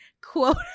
Quote